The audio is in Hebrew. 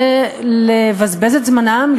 לבזבז את זמנם,